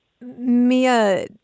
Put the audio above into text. Mia